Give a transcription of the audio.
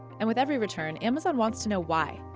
and with every return, amazon wants to know why.